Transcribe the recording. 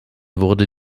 wurde